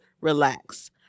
Relax